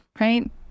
right